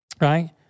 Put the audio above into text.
right